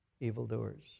evildoers